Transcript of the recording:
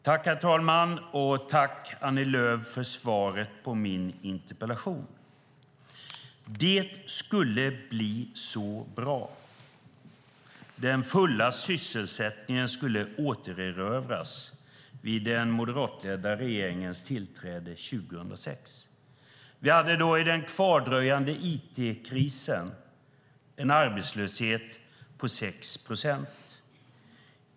Herr talman! Tack, Annie Lööf, för svaret på min interpellation! Det skulle bli så bra. Den fulla sysselsättningen skulle återerövras vid den moderatledda regeringens tillträde 2006. Vi hade då, i den kvardröjande it-krisen, en arbetslöshet på 6 procent.